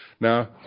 Now